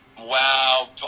Wow